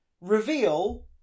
Reveal